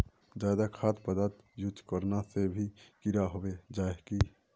ज्यादा खाद पदार्थ यूज करना से भी कीड़ा होबे जाए है की?